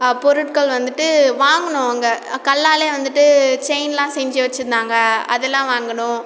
பொருட்கள் வந்துட்டு வாங்கினோம் அங்கே கல்லால் வந்துட்டு செயின்லாம் செஞ்சு வச்சுருந்தாங்க அதெல்லாம் வாங்கினோம்